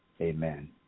Amen